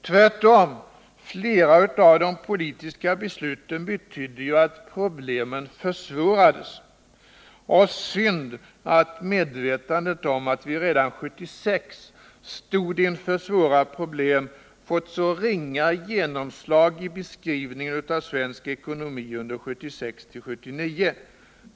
Tvärtom, flera av de politiska besluten betydde ju att problemen försvårades. Synd också att medvetandet om att vi redan 1976 stod inför svåra problem fått så ringa genomslag i beskrivningen av svensk ekonomi under tiden 1976-1979.